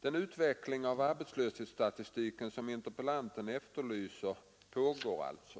Den utveckling av arbetslöshetsstatistiken som interpellanten efterlyser pågår alltså.